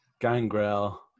Gangrel